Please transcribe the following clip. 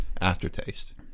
aftertaste